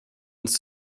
uns